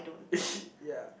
yeah